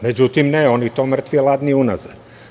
Međutim, ne, oni to, mrtvi ladni, unazad.